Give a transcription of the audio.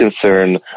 concern